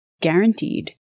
Guaranteed